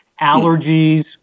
allergies